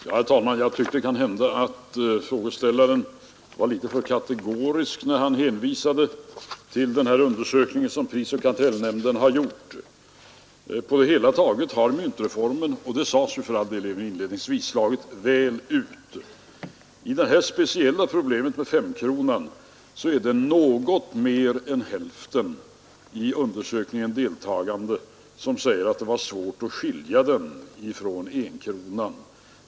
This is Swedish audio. Herr talman! Frågeställaren var kanhända litet för kategorisk när han hänvisade till den här undersökningen som prisoch kartellnämnden har gjort. På det hela taget har myntreformen — och det sade herr Richardson för all del inledningsvis — slagit väl ut. Beträffande det speciella problemet med femkronan så är det något mer än hälften av de i undersökningen deltagande som säger att det är svårt att skilja femkronan från enkronan.